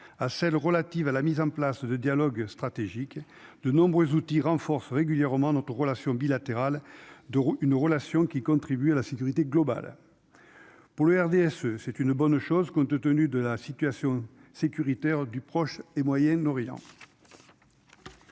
à celle relative à la mise en place de dialogue stratégique de nombreux outils renforce régulièrement notre relation bilatérale d'une relation qui contribue à la sécurité globale pour le RDSE, c'est une bonne chose, compte tenu de la situation sécuritaire du Proche et Moyen-Orient.